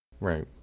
Right